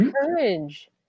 courage